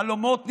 חלומות נגדעו,